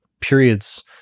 periods